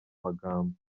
magambo